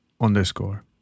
underscore